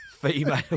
female